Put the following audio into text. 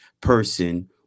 person